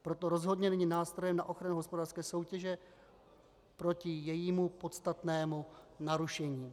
Proto rozhodně není nástrojem na ochranu hospodářské soutěže proti jejímu podstatnému narušení.